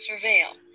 surveil